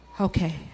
Okay